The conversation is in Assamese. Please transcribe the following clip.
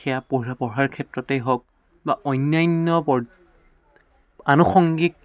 সেয়া পঢ়া পঢ়াৰ ক্ষেত্ৰতেই হওক বা অন্যান্য পৰ্ আনুষংগিক